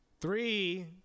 Three